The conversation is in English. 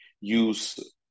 use